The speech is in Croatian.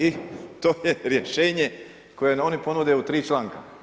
I to je rješenje koje oni ponude u 3 članka.